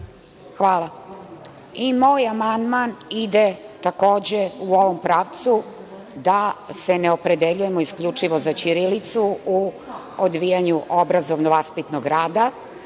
Hvala. Moj amandman ide takođe u pravcu da se ne opredeljujemo isključivo za ćirilicu u odvijanju obrazovno-vaspitnog rada,